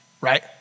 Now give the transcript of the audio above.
right